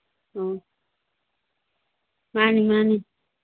ꯑꯣ ꯃꯥꯅꯤ ꯃꯥꯅꯤ